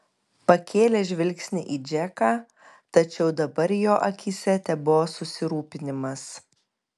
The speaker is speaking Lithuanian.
pakėlė žvilgsnį į džeką tačiau dabar jo akyse tebuvo susirūpinimas